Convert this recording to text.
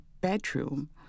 bedroom